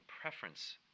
preference